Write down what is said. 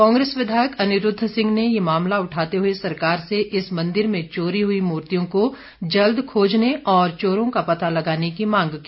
कांग्रेस विधायक अनिरुद्व सिंह ने यह मामला उठाते हए सरकार से इस मंदिर से चोरी हई मूर्तियों को जल्द खोजने और चोरों का पता लगाने की मांग की